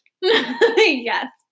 Yes